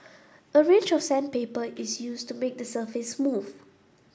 a range of sandpaper is used to make the surface smooth